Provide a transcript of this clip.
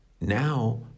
now